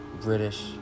British